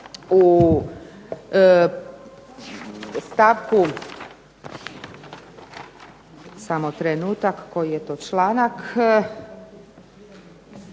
u stavku, samo trenutak, koji je to članak,